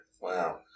wow